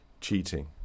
cheating